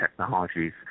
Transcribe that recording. technologies